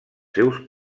seus